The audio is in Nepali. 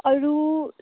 अरू